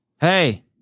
Hey